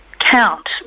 count